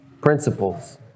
principles